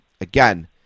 again